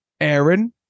Aaron